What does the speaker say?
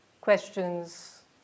questions